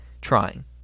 trying